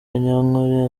kanyankole